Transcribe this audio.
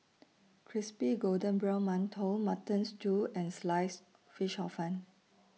Crispy Golden Brown mantou Mutton Stew and Sliced Fish Hor Fun